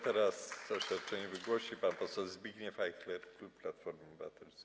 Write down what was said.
Teraz oświadczenie wygłosi pan poseł Zbigniew Ajchler, klub Platforma Obywatelska.